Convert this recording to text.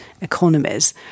economies